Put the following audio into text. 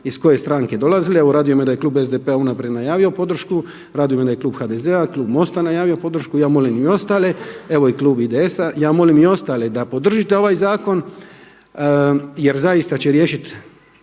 iz koje stranke dolazile. Evo, raduje me da je Klub SDP-a unaprijed najavio podršku, raduje me da je Klub HDZ-a, Klub Mosta najavio podršku i ja molim i ostale. Evo i Klub IDS-a. Ja molim i ostale da podržite ovaj zakon jer zaista će riješiti